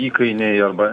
įkainiai arba